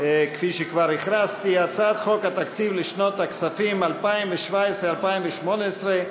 כפי שכבר הכרזתי: הצעת חוק התקציב לשנות הכספים 2017 ו-2018,